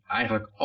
eigenlijk